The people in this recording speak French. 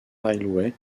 railway